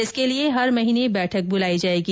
इसके लिए हर महीने बैठक बुलाई जायेगी